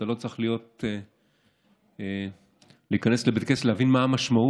אתה לא צריך להיכנס לבית כנסת להבין מה המשמעות